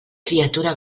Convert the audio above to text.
criatura